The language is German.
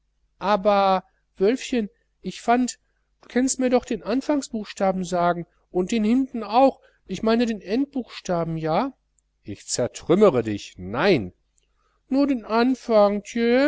aba wölfchen ich fand du kennst mir doch den anfangsbuchstaben sagen und den hintern auch ich meine den endbuchstaben ja ich zertrümmere dich nein nur den anfang